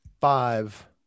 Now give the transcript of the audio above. five